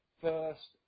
first